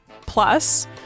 Plus